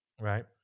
Right